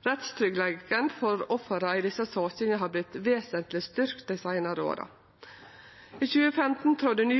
Rettstryggleiken for ofra i desse sakene har vorte vesentleg styrkt dei seinare åra. I 2015 trådde ny